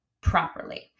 properly